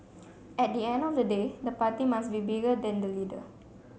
at the end of the day the party must be bigger than the leader